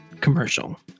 commercial